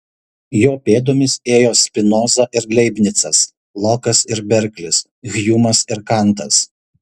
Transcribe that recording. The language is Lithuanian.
jo pėdomis ėjo spinoza ir leibnicas lokas ir berklis hjumas ir kantas